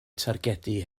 targedu